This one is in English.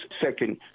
second